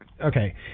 okay